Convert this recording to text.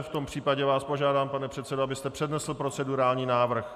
V tom případě vás požádám, pane předsedo, abyste přednesl procedurální návrh.